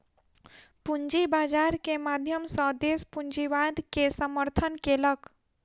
पूंजी बाजार के माध्यम सॅ देस पूंजीवाद के समर्थन केलक